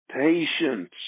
patience